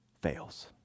fails